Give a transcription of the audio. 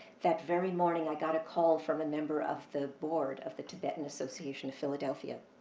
that very morning, i got a call from a member of the board of the tibetan association of philadelphia.